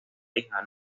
hija